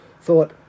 thought